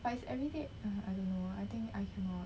but it's everyday I don't know I think I cannot